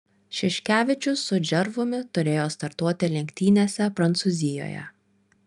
šiškevičius su džervumi turėjo startuoti lenktynėse prancūzijoje